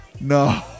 No